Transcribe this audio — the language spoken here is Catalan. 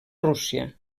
rússia